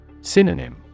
Synonym